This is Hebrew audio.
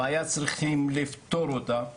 הבעיה צריכים לפתור אותה ומיד,